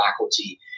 faculty